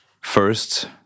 first